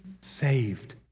saved